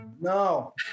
No